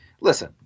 listen